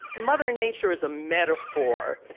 mother nature is a metaphor,